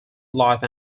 life